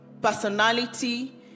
personality